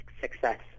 success